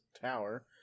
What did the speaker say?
tower